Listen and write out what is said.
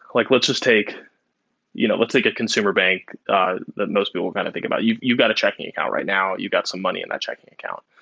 like let's take you know let's take a consumer bank that most people kind of think about. you've you've got a checking account right now. you've got some money in that checking account.